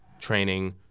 training